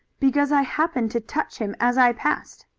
because i happened to touch him as i passed,